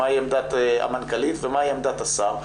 מהי עמדת המנכ"לית ומהי עמדת השר,